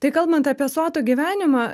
tai kalbant apie sotų gyvenimą